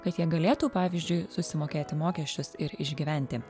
kad jie galėtų pavyzdžiui susimokėti mokesčius ir išgyventi